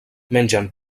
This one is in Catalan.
mengen